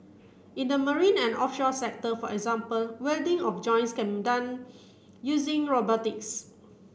in the marine and offshore sector for example welding of joints can done using robotics